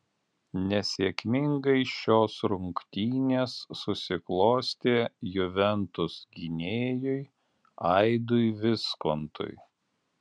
nesėkmingai šios rungtynės susiklostė juventus gynėjui aidui viskontui